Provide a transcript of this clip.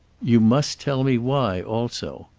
you must tell me why also.